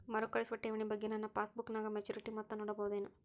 ಮರುಕಳಿಸುವ ಠೇವಣಿ ಬಗ್ಗೆ ನನ್ನ ಪಾಸ್ಬುಕ್ ನಾಗ ಮೆಚ್ಯೂರಿಟಿ ಮೊತ್ತ ನೋಡಬಹುದೆನು?